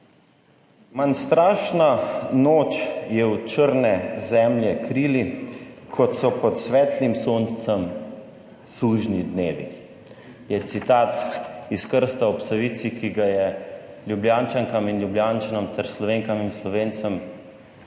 Manj strašna noč je v črne zemlje krili kot so pod svetlim soncem sužnji dnevi, je citat iz Krsta ob Savici, ki ga je Ljubljančankam in Ljubljančanom ter Slovenkam in Slovencem